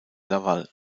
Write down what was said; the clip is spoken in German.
laval